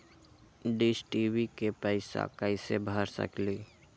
Dish TV के पैईसा कईसे भर सकली?